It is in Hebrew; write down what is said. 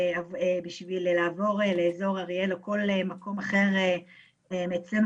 בשביל לעבור לאזור אריאל או לכל מקום אחר מהבית שלנו,